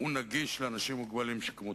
נגיש לאנשים מוגבלים שכמותי.